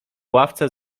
ławce